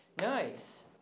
Nice